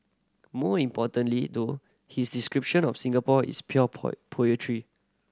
more importantly though his description of Singapore is pure poetry